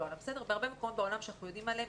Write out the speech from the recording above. בהרבה מקומות בעולם שאנחנו יודעים עליהם,